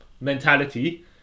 mentality